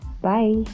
Bye